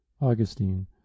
Augustine